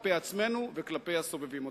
כלפי עצמנו וכלפי הסובבים אותנו.